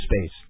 space